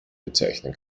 bezeichnen